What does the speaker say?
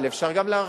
אבל אפשר גם להרחיב,